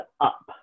up